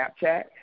Snapchat